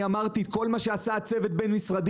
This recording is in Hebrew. אמרתי שכל מה שעשה הצוות הבין-משרדי